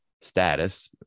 status